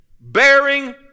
bearing